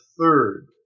third